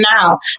now